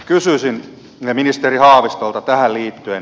kysyisin ministeri haavistolta tähän liittyen